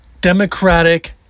democratic